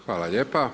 Hvala lijepo.